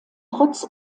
trotz